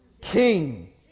king